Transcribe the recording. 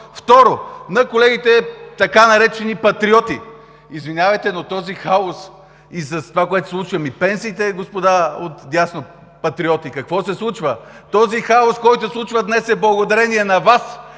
Второ, на колегите – така наречени Патриоти, извинявайте, но този хаос и с това, което се случва… Ами с пенсиите, господа отдясно, Патриоти, какво се случва?! Този хаос, който се случва днес, е благодарение на Вас,